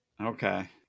okay